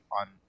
on